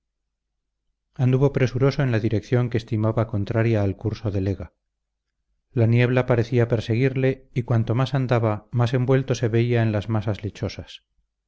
anduvo presuroso en la dirección que estimaba contraria al curso del ega la niebla parecía perseguirle y cuanto más andaba más envuelto se veía en las masas lechosas